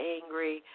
angry